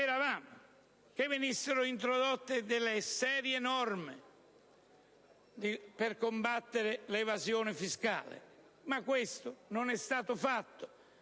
speravamo che venissero introdotte norme serie per combattere l'evasione fiscale, ma ciò non è stato fatto.